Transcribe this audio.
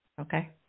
Okay